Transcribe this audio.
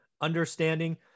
Understanding